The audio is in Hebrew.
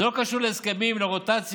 זה לא קשור להסכמים, לרוטציות.